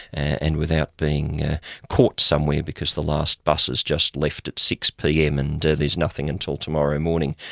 and without being caught somewhere because the last bus has just left at six pm, and there's nothing until tomorrow morning.